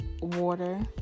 water